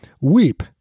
weep